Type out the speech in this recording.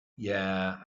yeah